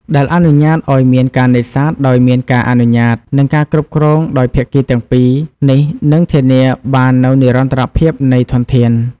ដែលអនុញ្ញាតឱ្យមានការនេសាទដោយមានការអនុញ្ញាត និងការគ្រប់គ្រងដោយភាគីទាំងពីរនេះនឹងធានាបាននូវនិរន្តរភាពនៃធនធាន។។